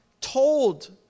told